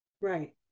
Right